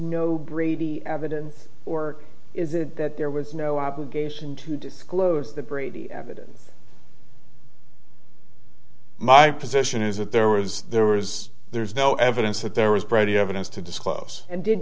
brady evidence or is it that there was no obligation to disclose the brady evidence my position is that there was there was there's no evidence that there was brady evidence to disclose and did